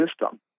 system